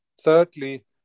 Thirdly